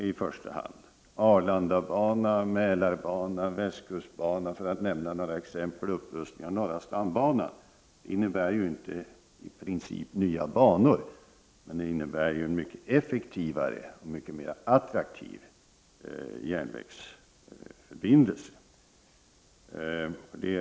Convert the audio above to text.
Satsningar på Arlandabanan, Mälarbanan, utbyggnad av västkustbanan och upprustning av norra stambanan, för att nämna några exempel, innebär inte i princip nya banor, men det innebär mycket effektivare och mycket attraktivare järnvägsförbindelser.